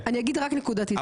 אני אגיד רק נקודתית.